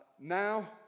now